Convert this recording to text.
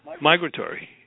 migratory